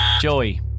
Joey